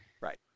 right